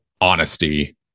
honesty